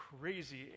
crazy